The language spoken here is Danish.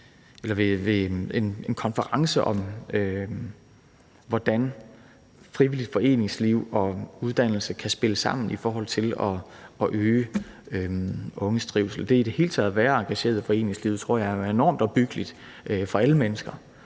nylig ved en konference om, hvordan frivilligt foreningsliv og uddannelse kan spille sammen i forhold til at øge de unges trivsel. Det i det hele taget at være engageret i foreningslivet tror jeg er enormt opbyggeligt for alle mennesker,